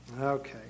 okay